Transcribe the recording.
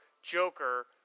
joker